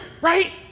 right